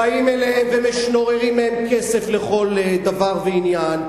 באים אליהם ומשנוררים מהם כסף לכל דבר ועניין,